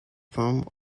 form